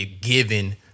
given